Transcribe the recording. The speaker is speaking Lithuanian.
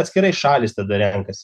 atskirai šalys tada renkasi